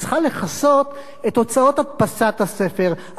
היא צריכה לכסות את הוצאות הדפסת הספר,